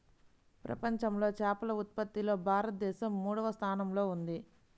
ప్రపంచంలో చేపల ఉత్పత్తిలో భారతదేశం మూడవ స్థానంలో ఉంది